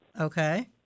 Okay